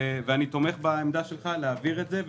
אני תומך בעמדה שלך להעביר את זה.